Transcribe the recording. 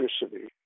electricity